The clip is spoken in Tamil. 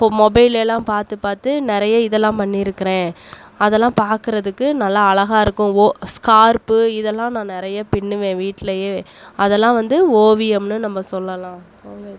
இப்போ மொபைல்ல எல்லாம் பார்த்து பார்த்து நிறைய இதெல்லாம் பண்ணிருக்குறேன் அதெல்லாம் பார்க்குறதுக்கு நல்லா அழகாக இருக்கும் ஓ ஸ்கார்ப் இதெல்லாம் நான் நிறைய பின்னுவேன் வீட்டிலையே அதெல்லாம் வந்து ஓவியம்னு நம்ம சொல்லலாம்